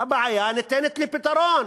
הבעיה ניתנת לפתרון.